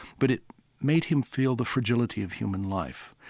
but it made him feel the fragility of human life,